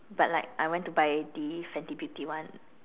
but like I went to buy the fenty beauty one